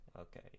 Okay